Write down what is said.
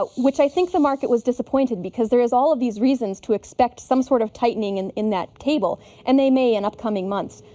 but which i think the market was disappointed because there's all of these reasons to expect some sort of tightening and in that table and they may in upcoming months.